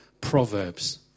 proverbs